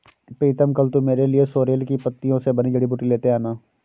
प्रीतम कल तू मेरे लिए सोरेल की पत्तियों से बनी जड़ी बूटी लेते आना